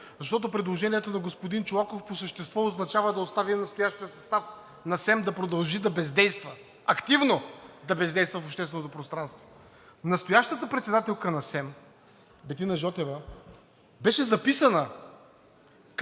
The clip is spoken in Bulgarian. защото предложението на господин Чолаков по същество означава да оставим настоящия състав на СЕМ да продължи да бездейства, активно да бездейства в общественото пространство. Настоящата председателка на Съвета за електронни